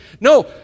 No